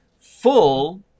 full